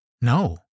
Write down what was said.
No